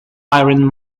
iron